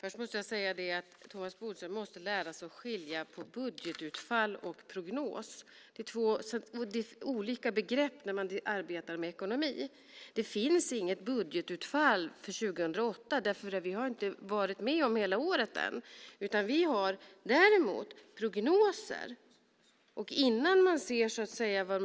Fru talman! Thomas Bodström måste lära sig att skilja på budgetutfall och prognos. Det är olika begrepp när man arbetar med ekonomi. Det finns inget budgetutfall för år 2008 eftersom vi ännu inte har varit med om hela året. Vi har däremot prognoser. Innan man ser var